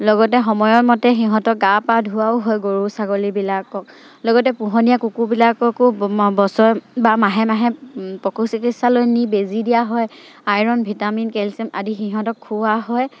লগতে সময়ৰ মতে সিহঁতক গা পা ধোৱাও হয় গৰু ছাগলীবিলাকক লগতে পোহনীয়া কুকুৰবিলাককো বছৰ বা মাহে মাহে পশু চিকিৎসালয় নি বেজী দিয়া হয় আইৰণ ভিটামিন কেলছিয়াম আদি সিহঁতক খুওৱা হয়